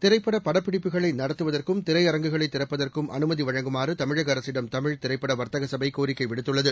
திரைப்பட படப்பிடிப்புகளை நடத்துவதற்கும் திரையரங்குகளை திறப்பதற்கும் அனுமதி வழங்குமாறு தமிழக அரசிடம் தமிழ் திரைப்பட வர்த்தக சபை கோரிக்கை விடுத்துள்ளது